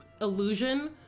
illusion